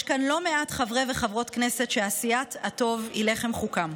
יש כאן לא מעט חברי וחברות כנסת שעשיית הטוב היא לחם חוקם.